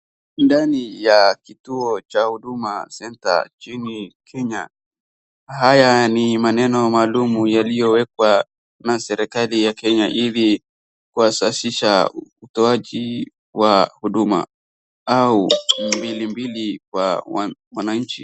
Ndani ya kituo cha Huduma Centre nchini Kenya haya ni maneno maalum yaliyowekwa na serikali ya Kenya ili kuhasasisha utoaji wa huduma au mbilimbili kwa mwananchi.